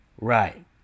Right